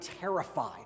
terrified